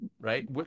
right